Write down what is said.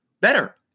better